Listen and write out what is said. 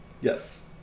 Yes